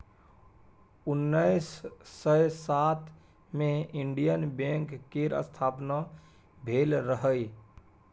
उन्नैस सय सात मे इंडियन बैंक केर स्थापना भेल रहय